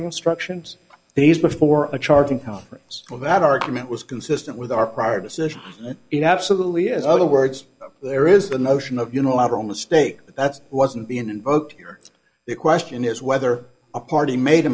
instructions these before a charging conference without argument was consistent with our prior decision and it absolutely is other words there is the notion of unilateral mistake but that's wasn't being invoked here the question is whether a party made a